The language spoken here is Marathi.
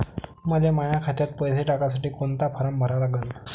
मले माह्या खात्यात पैसे टाकासाठी कोंता फारम भरा लागन?